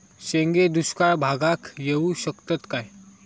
शेंगे दुष्काळ भागाक येऊ शकतत काय?